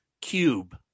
Cube